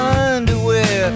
underwear